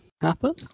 happen